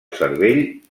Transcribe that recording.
cervell